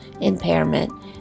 impairment